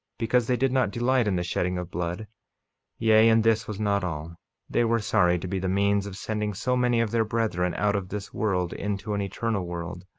because they did not delight in the shedding of blood yea, and this was not all they were sorry to be the means of sending so many of their brethren out of this world into an eternal world,